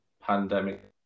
pandemic